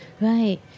Right